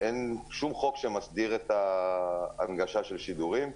אין שום חוק שמסדיר את ההנגשה של שידורים,